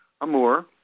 Amour